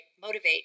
motivate